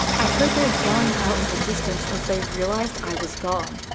i heard their yelling out in the distance as they realized i was gone.